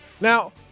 Now